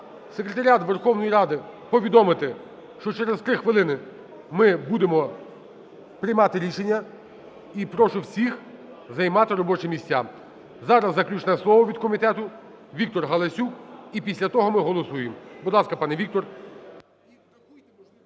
Секретаріат Верховної Ради повідомити, що через 3 хвилини ми будемо приймати рішення. І прошу всіх займати робочі місця. Зараз заключне слово від комітету - Віктор Галасюк, і після того ми голосуємо. Будь ласка, пане Віктор.